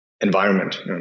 environment